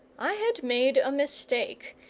i had made a mistake,